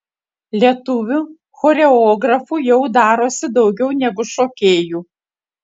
lietuvių choreografų jau darosi daugiau negu šokėjų